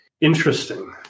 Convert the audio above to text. interesting